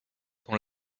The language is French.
dont